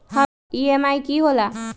EMI की होला?